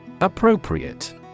appropriate